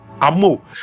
amo